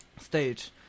stage